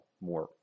more